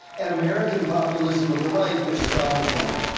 and american populism of the right, which is donald trump.